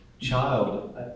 child